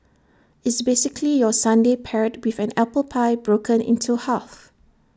it's basically your sundae paired with an apple pie broken into half